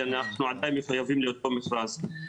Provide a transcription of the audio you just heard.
אנחנו עדיין מחויבים לאותו מכרז.